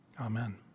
amen